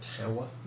tower